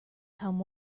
come